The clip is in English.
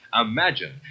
Imagine